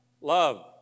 Love